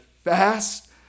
fast